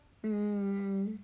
mm